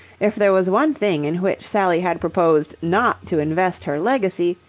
if there was one thing in which sally had proposed not to invest her legacy,